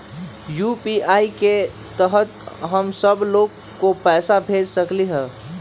UPI के तहद हम सब लोग को पैसा भेज सकली ह?